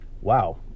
Wow